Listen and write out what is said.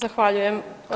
Zahvaljujem.